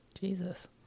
Jesus